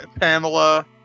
Pamela